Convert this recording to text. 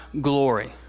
glory